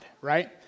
right